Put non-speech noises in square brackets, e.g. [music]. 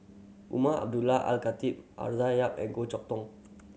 Umar Abdullah Al Khatib [unintelligible] Yap and Goh Chok Tong